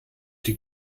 die